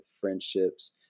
friendships